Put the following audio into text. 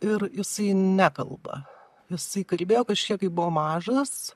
ir jisai nekalba jisai kalbėjo kažkiek kai buvo mažas